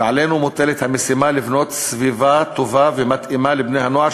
ועלינו מוטלת המשימה לבנות סביבה טובה ומתאימה לבני-הנוער,